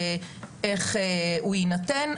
220 זאת הכשרה מקצועית,